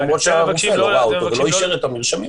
למרות שהרופא לא ראה אותו ולא אישר את המרשמים האלה.